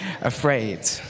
afraid